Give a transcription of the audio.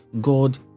God